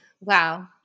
Wow